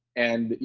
and, you